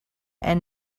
and